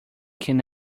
can